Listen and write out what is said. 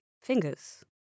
fingers